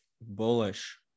bullish